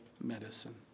medicine